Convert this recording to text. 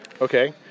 Okay